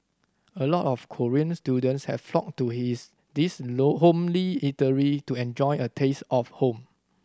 a lot of Korean students have flocked to his this homely eatery to enjoy a taste of home